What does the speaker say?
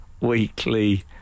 weekly